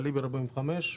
אני בן 45,